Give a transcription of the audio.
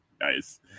Nice